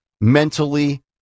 mentally